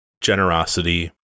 generosity